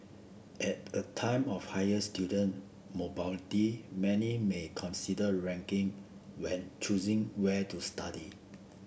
at a time of higher student mobility many may consider ranking when choosing where to study